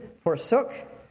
forsook